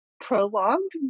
prolonged